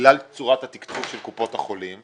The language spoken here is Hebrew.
בגלל צורת התקצוב של קופות החולים,